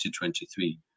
2023